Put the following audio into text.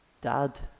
dad